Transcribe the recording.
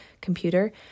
computer